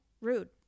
Rude